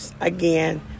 again